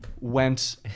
went